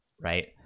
right